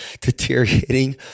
deteriorating